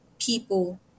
people